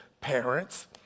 parents